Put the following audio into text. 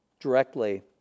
directly